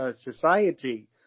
society